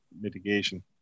mitigation